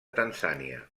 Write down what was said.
tanzània